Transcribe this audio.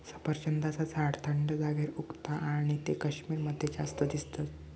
सफरचंदाचा झाड थंड जागेर उगता आणि ते कश्मीर मध्ये जास्त दिसतत